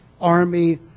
army